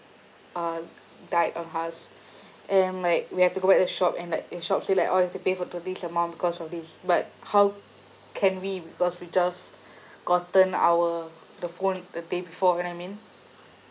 uh died on us and like we have to go back to the shop and like and shop say like oh you have to pay for this amount because of this but how can we because we just gotten our the phone the day before you know what I mean